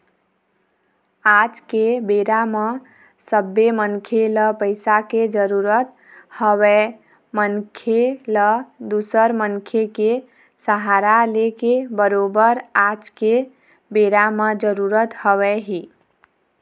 आज के बेरा म सबे मनखे ल पइसा के जरुरत हवय मनखे ल दूसर मनखे के सहारा लेके बरोबर आज के बेरा म जरुरत हवय ही